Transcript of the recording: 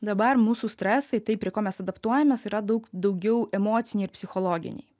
dabar mūsų stresai tai prie ko mes adaptuojamės yra daug daugiau emociniai ir psichologiniai